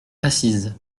assise